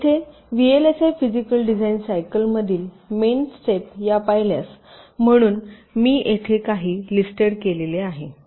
येथे VLSI physical design सायकलमधील main step या पाहिल्यास म्हणून मी येथे काही लिस्टेड केले आहे